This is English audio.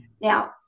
Now